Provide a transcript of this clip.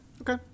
Okay